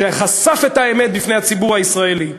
שחשף את האמת בפני הציבור הישראלי.